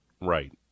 Right